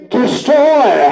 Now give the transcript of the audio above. destroy